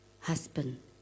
husband